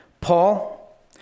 Paul